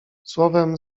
słowem